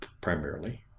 primarily